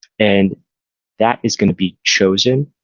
and that is going to be chosen